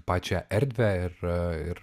pačią erdvę ir ir